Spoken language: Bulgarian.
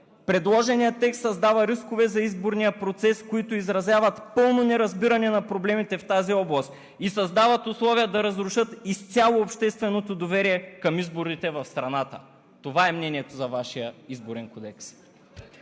„Предложеният текст създава рискове за изборния процес, които изразяват пълно неразбиране на проблемите в тази област и създават условия да разрушат изцяло общественото доверие към изборите в страната“ – това е мнението за Вашия Изборен кодекс.